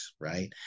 right